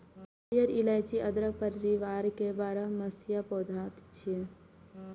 हरियर इलाइची अदरक परिवार के बरमसिया पौधा छियै